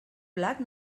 blat